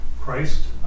Christ